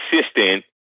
assistant